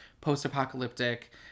post-apocalyptic